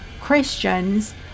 Christians